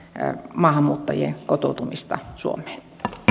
maahanmuuttajien kotoutumista suomeen